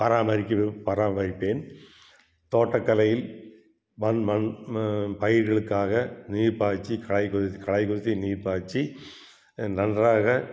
பராமரிக்கிணும் பராமரிப்பேன் தோட்டக்கலையில் மண் மண் பயிர்களுக்காக நீர் பாய்ச்சி களை கொறி களை கொறித்து நீர் பாய்ச்சி நன்றாக